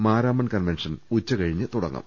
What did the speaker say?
Maramon convention ഉച്ചകഴിഞ്ഞ് തുടങ്ങും